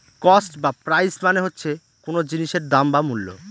cost বা price মানে হচ্ছে কোন জিনিসের দাম বা মূল্য